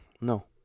No